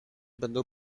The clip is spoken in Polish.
będą